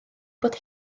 bod